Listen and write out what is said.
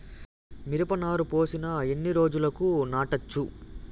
మిరప నారు పోసిన ఎన్ని రోజులకు నాటచ్చు?